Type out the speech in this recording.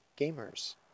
gamers